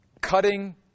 cutting